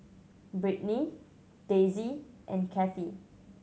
Brittny Daisey and Cathi